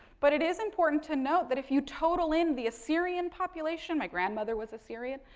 but, it is important to note that if you total in the assyrian population, my grandmother was assyrian,